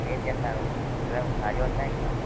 page कैसा हो मतलब भारी होता है क्या होता है